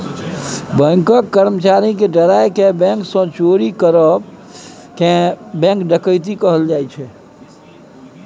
बैंकक कर्मचारी केँ डराए केँ बैंक सँ चोरी करब केँ बैंक डकैती कहल जाइ छै